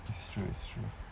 it's true it's true